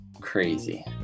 Crazy